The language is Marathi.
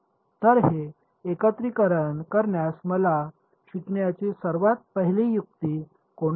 तर हे एकत्रीकरण करण्यास मला शिकण्याची सर्वात पहिली युक्ती कोणती आहे